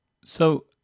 So-